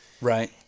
Right